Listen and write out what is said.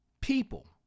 people